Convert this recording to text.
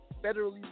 federally